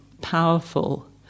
powerful